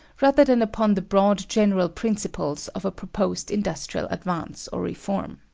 rather than upon the broad general principles of a proposed industrial advance or reform.